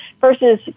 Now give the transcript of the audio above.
versus